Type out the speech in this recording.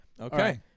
Okay